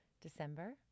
December